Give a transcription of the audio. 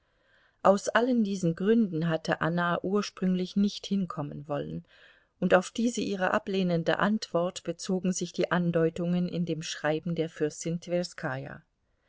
aus allen diesen gründen hatte anna ursprünglich nicht hinkommen wollen und auf diese ihre ablehnende antwort bezogen sich die andeutungen in dem schreiben der fürstin